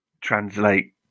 translate